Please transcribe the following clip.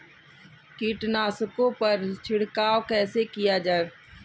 कीटनाशकों पर छिड़काव कैसे किया जाए?